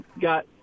got